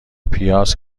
پیاز